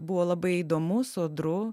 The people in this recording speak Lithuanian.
buvo labai įdomu sodru